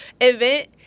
event